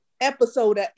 episode